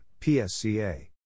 PSCA